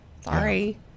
Sorry